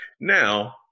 Now